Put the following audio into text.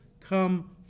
come